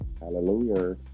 Hallelujah